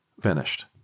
Finished